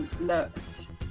looked